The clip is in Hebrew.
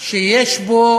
שיש בו